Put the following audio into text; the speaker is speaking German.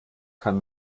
kann